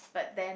but then